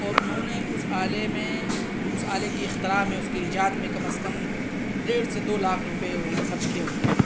اور انہوں نے اس آلے میں اس آلے کی اختراع میں اس کی ایجاد میں کم از کم ڈیڑھ سے دو لاکھ روپئے انہوں نے خرچ کیے ہوں گے